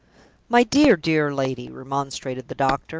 my dear, dear lady! remonstrated the doctor,